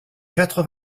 quatre